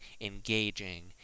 engaging